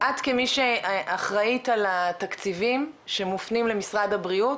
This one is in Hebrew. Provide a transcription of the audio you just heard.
את כמי שאחראית על התקציבים שמופנים למשרד הבריאות,